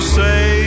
say